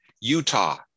Utah